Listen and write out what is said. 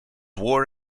war